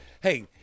Hey